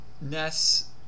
Ness